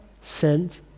sent